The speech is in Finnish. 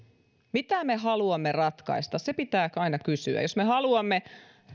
mitä me haluamme ratkaista sitä pitää aina kysyä jos me haluamme